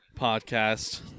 podcast